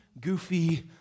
goofy